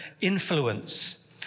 influence